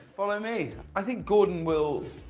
follow me i think gordon will